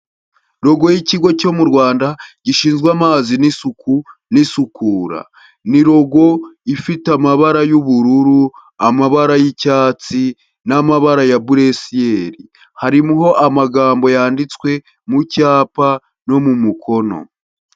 Rogo y'ikigo cyo mu Rwanda, gishinzwe amazi n'isuku n'isukura ni rogo ifite amabara y'ubururu, amabara y'icyatsi, n'amabara ya buresiyeri, harimo amagambo yanditswe mu cyapa no mu mukono.